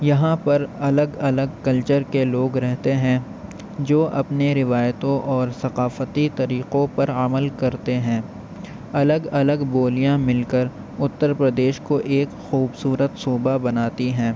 یہاں پر الگ الگ کلچر کے لوگ رہتے ہیں جو اپنے روایتوں اور ثقافتی طریقوں پر عمل کرتے ہیں الگ الگ بولیاں مل کر اتر پردیش کو ایک خوبصورت صوبہ بناتی ہیں